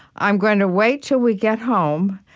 i'm going to wait till we get home,